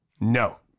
No